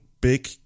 big